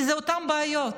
כי אלה אותן בעיות.